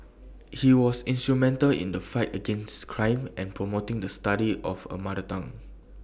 he was instrumental in the fight against crime and promoting the study of A mother tongue